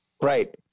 right